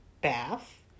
bath